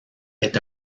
est